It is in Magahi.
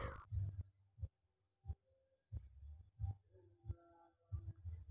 मोहनेर खेतेर माटी मकइर खेतीर तने उपयुक्त छेक